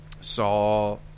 saw